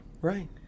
right